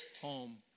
home